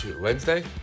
Wednesday